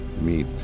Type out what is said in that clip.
meet